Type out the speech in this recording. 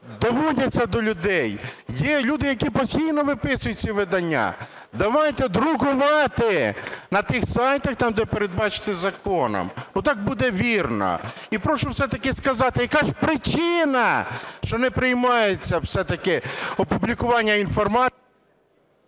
доводяться до людей. Є люди, які постійно виписують ці видання. Давайте друкувати на тих сайтах, там, де передбачено законом, бо так буде вірно. І прошу все-таки сказати, яка ж причина, що не приймається все-таки опублікування…